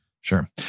sure